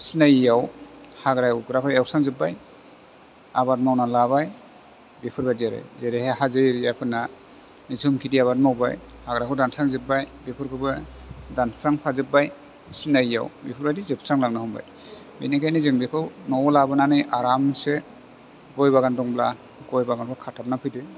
सिनायैयाव हाग्रा एवग्राफ्रा एवस्रांजोबबाय आबाद मावना लाबाय बेफोरबायदि आरो जेरैहाय हाजो एरियाफोरना झुम खेटि आबाद मावबाय हाग्राखौ दानस्रांजोबबाय बेफोरखौबो दानस्रांफाजोबबाय सिनायैयाव बेफोरबायदि जोबस्रांलांनो हमबाय बेनिखायनो जों बेखौ न'आव लाबोनानै आरामसो गय बागान दंब्ला गय बागानाव खाथाबना फैदो